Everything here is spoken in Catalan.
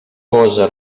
cosa